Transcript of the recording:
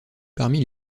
parmi